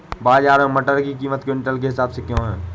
बाजार में मटर की कीमत क्विंटल के हिसाब से क्यो है?